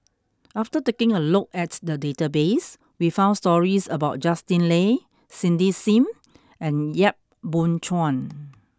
after taking a look at the database we found stories about Justin Lean Cindy Sim and Yap Boon Chuan